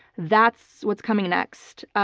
that's what's coming next.